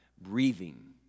breathing